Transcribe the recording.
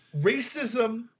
Racism